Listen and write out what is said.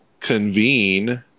convene